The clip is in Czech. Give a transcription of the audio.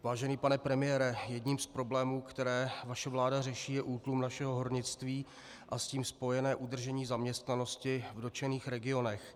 Vážený pane premiére, jedním z problémů, které naše vláda řeší, je útlum našeho hornictví a s tím spojené udržení zaměstnanosti v dotčených regionech.